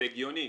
זה הגיוני,